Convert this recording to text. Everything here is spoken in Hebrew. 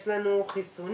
יש לנו חיסונים.